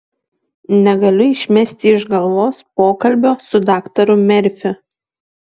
negaliu išmesti iš galvos pokalbio su daktaru merfiu